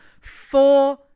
four